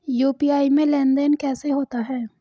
UPI में लेनदेन कैसे होता है?